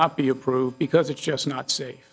not be approved because it's just not safe